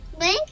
Link